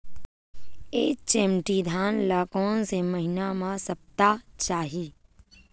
HMT धान ल कोन से महिना म सप्ता चाही?